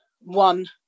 one